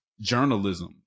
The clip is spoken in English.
journalism